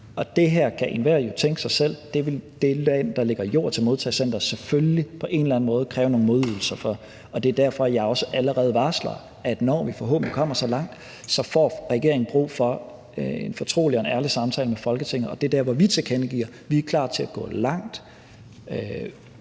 selv, at det vil det land, der lægger jord til et modtagecenter, selvfølgelig på en eller anden måde kræve nogle modydelser for. Det er derfor, at jeg allerede nu varsler, at når vi forhåbentlig kommer så langt, så får regeringen brug for en fortrolig og ærlig samtale med Folketinget. Og det er der, vi tilkendegiver, at vi er klar til at gå langt